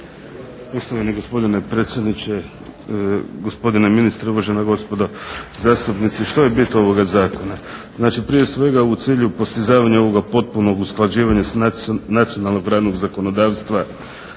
Poštovani gospodine predsjedniče, gospodine ministre, uvažena gospodo zastupnici. Što je bit ovoga zakona? znači prije svega u cilju postizavanja ovog potpunog usklađivanja s nacionalnog radnog zakonodavstva